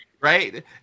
Right